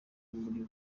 muri